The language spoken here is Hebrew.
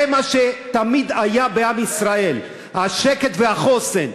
זה מה שתמיד היה בעם ישראל: השקט והחוסן.